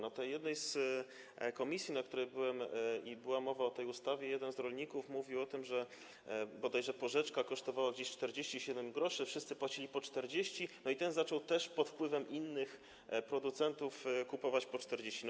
Na jednym posiedzeniu komisji, na której byłem, była mowa o tej ustawie i jeden z rolników mówił o tym, że bodajże porzeczki kosztowały ok. 47 gr, wszyscy płacili po 40 gr i on zaczął też pod wpływem innych producentów kupować po 40 gr.